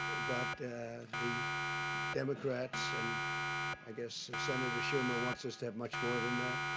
but the democrats and i guess senator schumer wants us to have much more than that.